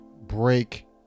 break